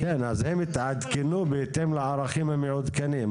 בסדר, אז הם התעדכנו בהתאם לערכים המעודכנים.